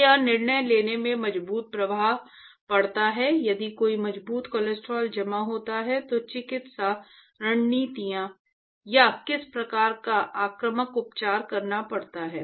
तो यह निर्णय लेने में मजबूत प्रभाव पड़ता है यदि कोई मजबूत कोलेस्ट्रॉल जमा होता है तो चिकित्सा रणनीतियों या किस प्रकार का आक्रामक उपचार करना पड़ता है